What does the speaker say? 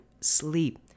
sleep